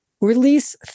release